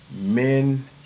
men